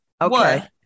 Okay